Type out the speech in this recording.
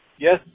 Yes